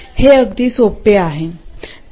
हे अगदी सोपे आहे